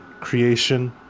creation